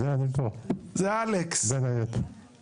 בשביל זה אני פה, בין היתר.